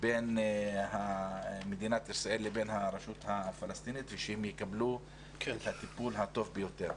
בין מדינת ישראל לבין הרשות הפלסטינית ושהם יקבלו את הטיפול הטוב ביותר.